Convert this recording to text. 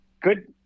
good